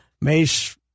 Mace –